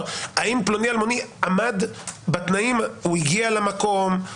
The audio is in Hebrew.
האם פלוני אלמוני עמד בתנאים והאם הוא הגיע למקום.